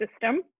system